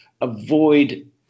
avoid